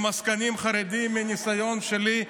מהניסיון שלי,